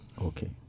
Okay